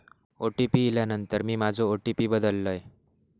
OTP इल्यानंतर मी माझो ओ.टी.पी बदललय